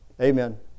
Amen